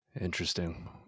Interesting